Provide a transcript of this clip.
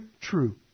true